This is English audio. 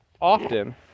often